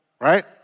right